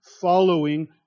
following